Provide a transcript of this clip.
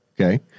Okay